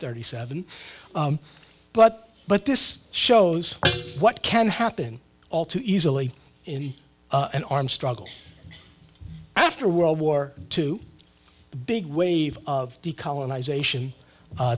thirty seven but but this shows what can happen all too easily in an armed struggle after world war two big wave of